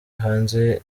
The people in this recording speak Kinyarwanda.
hanze